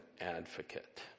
advocate